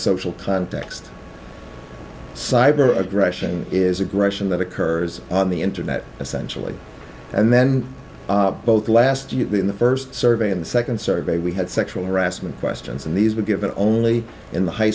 social context cyber aggression is aggression that occurs on the internet essentially and then both last year in the first survey in the second survey we had sexual harassment questions and these were given only in the high